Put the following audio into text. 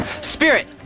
Spirit